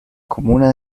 comuna